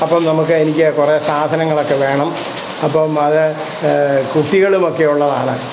അപ്പം നമുക്ക് എനിക്ക് കുറേ സാധനങ്ങളൊക്കെ വേണം അപ്പം അതു കുട്ടികളുമൊക്കെയുള്ളതാണ്